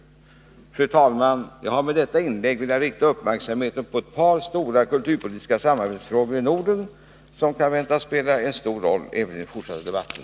Fru talman! Jag har med detta inlägg velat rikta uppmärksamhet på ett par stora kulturpolitiska samarbetsfrågor i Norden, vilka kan väntas spela en stor roll även i den fortsatta debatten.